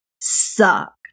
Suck